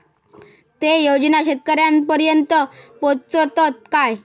ते योजना शेतकऱ्यानपर्यंत पोचतत काय?